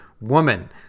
Woman